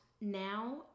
now